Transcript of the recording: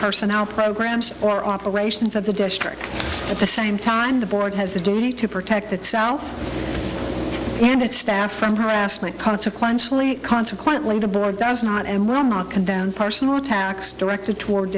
person our programs or operations of the district at the same time the board has a duty to protect itself and its staff from harassment consequentially consequently the board does not and will not condone personal attacks directed toward